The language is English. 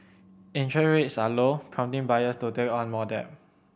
interest rates are low prompting buyers to take on more debt